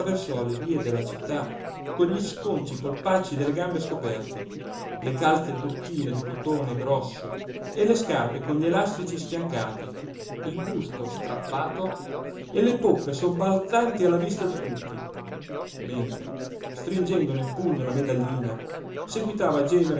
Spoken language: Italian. attraversò le vie della città con gli sconci polpacci delle gambe scoperti le calze turchine di cotone grosso e le scarpe con gli elastici sfiancati il busto strappato e le poppe sobbalzanti alla vista di tutti mentre stringendo nel pugno la medaglina seguitava